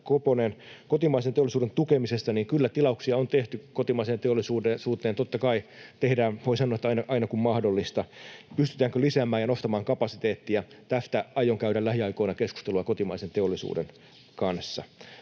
kotimaisen teollisuuden tukemisesta: Kyllä tilauksia on tehty kotimaiseen teollisuuteen. Totta kai tehdään, voi sanoa, aina kun mahdollista. Pystytäänkö lisäämään ja nostamaan kapasiteettia, tästä aion käydä lähiaikoina keskustelua kotimaisen teollisuuden kanssa.